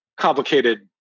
complicated